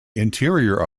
interior